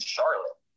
Charlotte